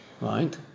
right